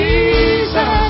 Jesus